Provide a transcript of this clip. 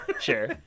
sure